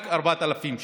רק 4,000 שקלים.